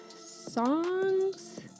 songs